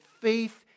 faith